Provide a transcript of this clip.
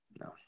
No